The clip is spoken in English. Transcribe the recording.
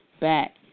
back